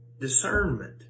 Discernment